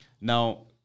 Now